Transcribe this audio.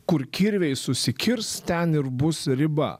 kur kirviai susikirs ten ir bus riba